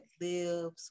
lives